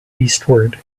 eastward